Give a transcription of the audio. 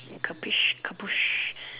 caprice kaboosh